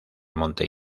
monte